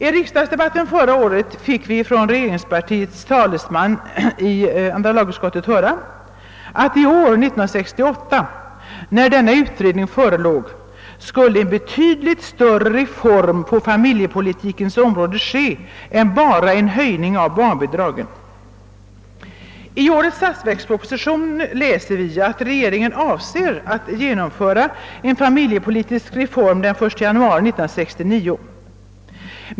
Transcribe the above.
I riksdagsdebatten förra året fick vi höra från regeringspartiets talesman i andra lagutskottet att 1968, när utredningen blivit klar, skulle en betydligt större reform på familjepolitikens område ske än bara en höjning av barnbidragen. I årets statsverksproposition läser vi att regeringen avser att genomföra en familjepolitisk reform den 1 januari 1969.